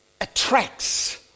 attracts